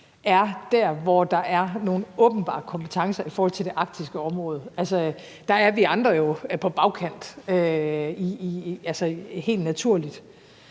er der, hvor der er nogle åbenbare kompetencer i forhold til det arktiske område. Der er vi andre helt naturligt